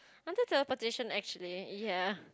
until teleportation actually ya